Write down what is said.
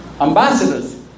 ambassadors